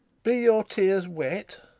be your tears wet?